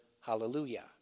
hallelujah